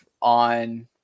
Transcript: on